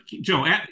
Joe